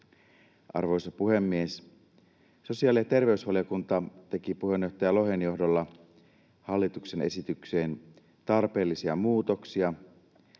Arvoisa puhemies! Sosiaali- ja terveysvaliokunta teki puheenjohtaja Lohen johdolla hallituksen esitykseen tarpeellisia muutoksia.